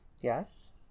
Yes